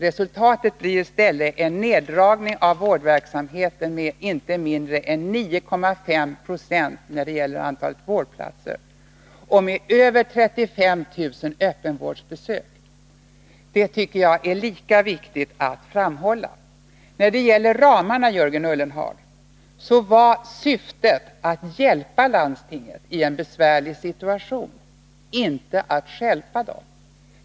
Resultatet blir i stället en neddragning av verksamheten med inte mindre än 9,5 90 vad gäller antalet vårdplatser samt en neddragning med över 35 000 öppenvårdsbesök. Det tycker jag är lika viktigt att framhålla. Syftet med medelsramarna, Jörgen Ullenhag, var att hjälpa landstingen i en besvärlig situation, inte att stjälpa dem.